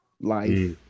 life